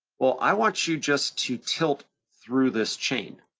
well, i want you just to tilt through this chain.